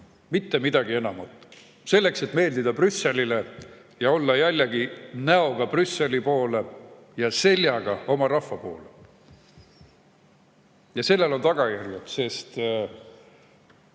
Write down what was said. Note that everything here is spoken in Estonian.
mitte midagi enamat, selleks et meeldida Brüsselile, olla jällegi näoga Brüsseli poole ja seljaga oma rahva poole. Sellel on tagajärjed, sest